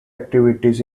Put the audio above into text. activities